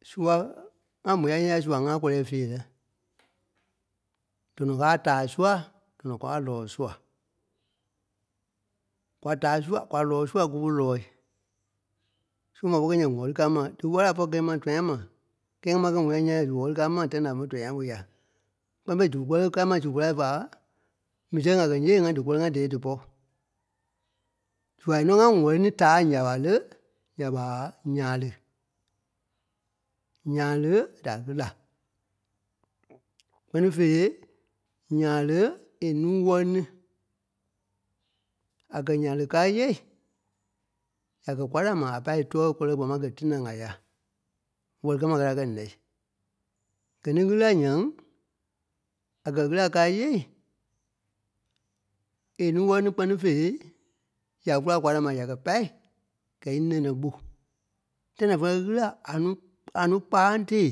Sua, ŋá mò ya sua ŋáa kɔlɛɛi feerɛ. Dɔnɔ káa a taa sua, dɔnɔ kɔ̂ɔ a lɔɔ sua. Kwa taa sua- kwa lɔɔ sua kúfe lɔɔi. So ḿva pɔ̂ri kɛ̂i nyɛ̃ɛ ŋ̀wɛli káa ma, dí wɛ́li a pɔ̂ri kɛ̂i ma tɔ̃yâ mà. Kɛ́ɛ ŋá máŋ kɛ́ moi ya nyɛ̃ɛ ya dí wɛ́ri káa ma, tãi da ḿve tɔ̃yâ môi ya. Kpɛ́ni fêi dí wɛ́li káa ḿa zu kulâi ɓa, mii sɛŋ a kɛ̀ ńyêei ŋá dí kɔ́ri ŋá dɛ̀ɛ dípɔ. Zuai nɔ́ ŋá ŋwɛli ní tâai ǹya ɓa lé, ǹya ɓaa nyàle. Nyàle da ɣîla, kpɛ́ni fêei nyàle è núu wɛ́li ní. À kɛ̀ nyàle káa íyêei, ya kɛ̀ kwaa da ma a pâ é tɔ́ɔ í kɔlɛ kpaa máŋ gɛ́ tinaŋ a ya, Wɛli kɛ maa ká tí a kɛ̀ nɛ̀i. Gɛ̀ ní ɣîla ǹyaŋ, a kɛ̀ ɣîla káa íyêei, è núu wɛli ní kpɛ́ni fêei, ya kula kwaa da ma ya kɛ̀ pâi, gɛ́ í nɛ̀nɛ ɓó. Tãi da fulɔi ɣîla a núu kpáaŋ tee.